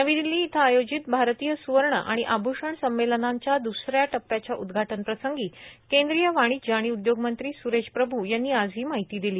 नवी दिल्ली इथं आयोजित भारतीय सुवर्ण आणि आभ्षण संमेलनांच्या द्स या टप्प्याच्या उद्घाटनप्रसंगी केंद्रीय वाणिज्य आणि उद्योगमंत्री सुरेश प्रभू यांनी आज ही माहिती दिली